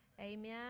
Amen